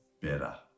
better